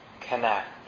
connect